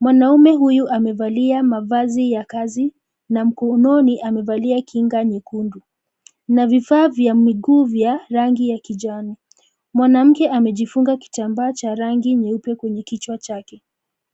Mwanaume huyu amevalia mavazi ya kazi, na mkononi amevalia kinga nyekundu, na vifaa vya miguu vya rangi ya kijani. Mwanamke amejifunga kitambaa cha rangi nyeupe kwenye kichwa chake.